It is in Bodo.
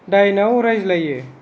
दाइनाव रायज्लायो